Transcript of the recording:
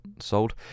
sold